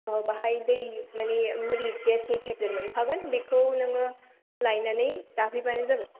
औ बेवहाय बै माने मुलि गेसनि टेबलेट मोनखागोन बेखौ नोङो लायनानै जाफैबानो जाबाय